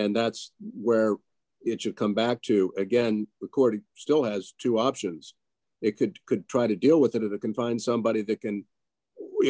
and that's where it should come back to again record it still has two options it could could try to deal with it or can find somebody that can